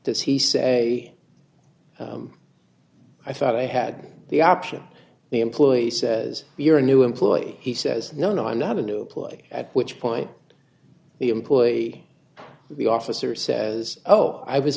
does he say i thought i had the option the employee says you're a new employee he says no no i'm not a new employee at which point the employee the officer says oh i was